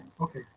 okay